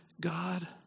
God